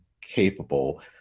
capable